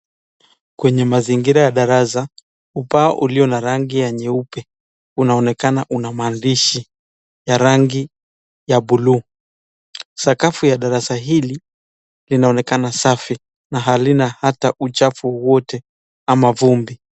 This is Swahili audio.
Kwenye mazingira ya darasa ,ubao ulio na rangi ya nyeupe, unaonekana una maandishi ya rangi ya blue .Sakafu ya darasa hili linaonekana safi, na halina ata uchafu wowote ama vumbi.